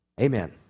Amen